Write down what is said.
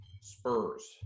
Spurs